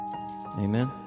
Amen